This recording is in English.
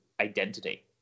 identity